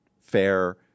fair